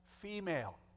female